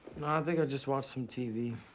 think i'll just watch some tv,